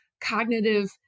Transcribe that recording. cognitive